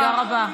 תודה רבה.